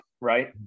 right